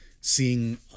seeing